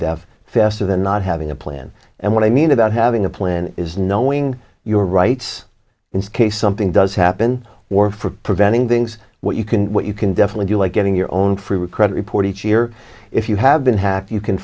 theft faster than not having a plan and what i mean about having a plan is knowing your rights in some case something does happen or for preventing things what you can what you can definitely do like getting your own free credit report each year if you have been hacked you can